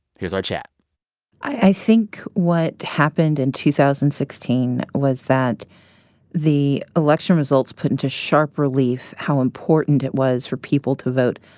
here's our chat i think what happened in two thousand and sixteen was that the election results put into sharp relief how important it was for people to vote,